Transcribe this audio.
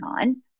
on